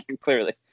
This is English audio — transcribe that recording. Clearly